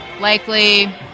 likely